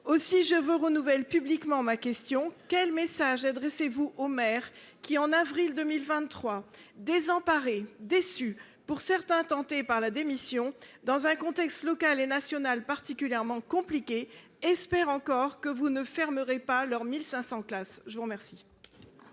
aussi je veux renouvelle publiquement ma question. Quel message adressez-vous aux maires qui, en avril 2023 désemparés déçu pour certains tenté par la démission dans un contexte local et national particulièrement compliquée espère encore que vous ne fermerait pas leur 1500 classes. Je vous remercie.